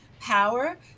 power